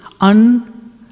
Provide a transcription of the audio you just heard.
un